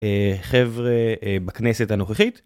אה... חבר'ה, אה, בכנסת הנוכחית.